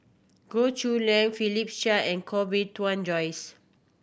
Goh Chiew Lye Philip Chia and Koh Bee Tuan Joyce